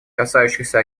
касающиеся